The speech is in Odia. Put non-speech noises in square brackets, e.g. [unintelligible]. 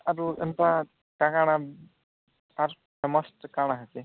ଆରୁ ଏନ୍ତା କା କାଣା ଆର [unintelligible] କାଣା ହେସି